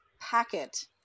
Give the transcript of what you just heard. packet